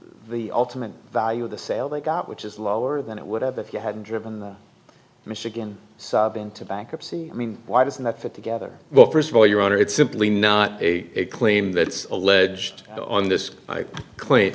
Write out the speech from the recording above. the ultimate value of the sale they got which is lower than it would have if you hadn't driven the michigan saab into bankruptcy i mean why doesn't that fit together well first of all your honor it's simply not a claim that it's alleged on this